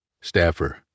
Staffer